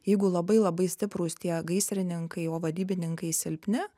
jeigu labai labai stiprūs tie gaisrininkai o vadybininkai silpni